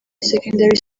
secondary